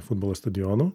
futbolo stadionų